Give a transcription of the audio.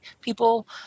people